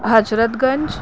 हज़रत गंज